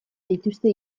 dituzte